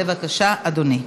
בבקשה, אדוני.